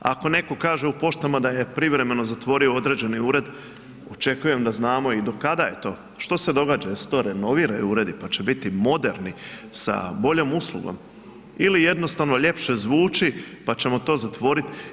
Ako netko kaže u poštama da je privremeno zatvorio određeni ured, očekujem da znamo i do kada je to, što se događa, jel se to renoviraju uredi, pa će biti moderni sa boljom uslugom ili jednostavno ljepše zvuči, pa ćemo to zatvorit.